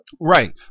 Right